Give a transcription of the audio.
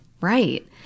right